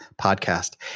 podcast